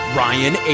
ryan